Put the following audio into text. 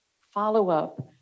follow-up